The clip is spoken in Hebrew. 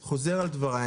אני חוזר על דבריי,